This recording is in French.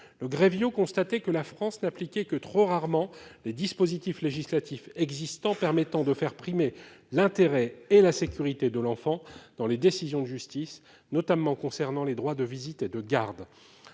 (Grevio) constatait que la France n'appliquait que trop rarement les dispositifs législatifs existants permettant de faire primer l'intérêt et la sécurité de l'enfant dans les décisions de justice, notamment concernant les droits de visite et de garde.